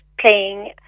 playing